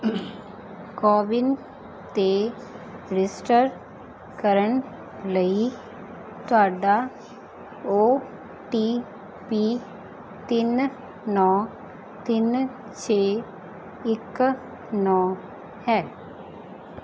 ਕੋਵਿਨ 'ਤੇ ਰਜਿਸਟਰ ਕਰਨ ਲਈ ਤੁਹਾਡਾ ਓ ਟੀ ਪੀ ਤਿੰਨ ਨੌਂ ਤਿੰਨ ਛੇ ਇੱਕ ਨੌਂ ਹੈ